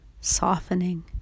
softening